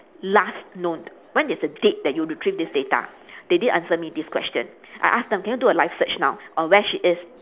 last note when is the date you retrieve this data they didn't answer me this question I ask them can you do a live search now on where she is